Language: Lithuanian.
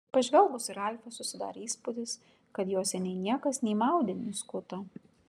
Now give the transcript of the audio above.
pažvelgus į ralfą susidarė įspūdis kad jo seniai niekas nei maudė nei skuto